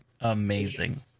amazing